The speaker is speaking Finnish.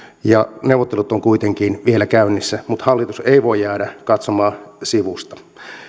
ja neuvottelut ovat kuitenkin vielä käynnissä mutta hallitus ei voi jäädä katsomaan sivusta